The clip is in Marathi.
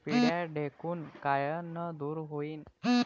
पिढ्या ढेकूण कायनं दूर होईन?